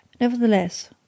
Nevertheless